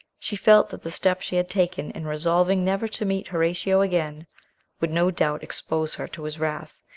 she felt that the step she had taken in resolving never to meet horatio again would no doubt expose her to his wrath,